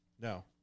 No